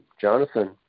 Jonathan